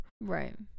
Right